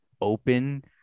open